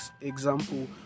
example